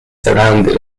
surrounded